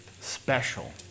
special